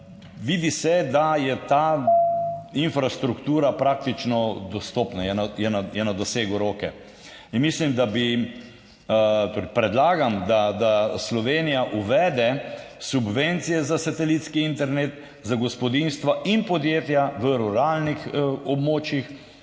Vidi se, da je ta infrastruktura praktično dostopna, na dosegu roke. Predlagam, da Slovenija uvede subvencije za satelitski internet za gospodinjstva in podjetja v ruralnih območjih,